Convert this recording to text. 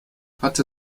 hatte